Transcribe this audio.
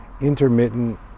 intermittent